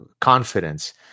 confidence